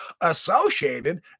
associated